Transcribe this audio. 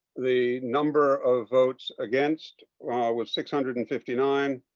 the number of votes against was six hundred and fifty nine.